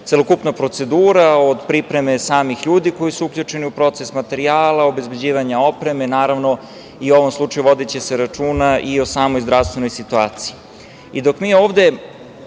celokupna procedura od pripreme samih ljudi koji su uključeni u proces materijala, obezbeđivanja opreme, naravno, i u ovom slučaju vodiće se računa i o samoj zdravstvenoj situaciji. Dok